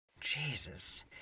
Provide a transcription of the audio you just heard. Jesus